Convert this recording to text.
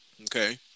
okay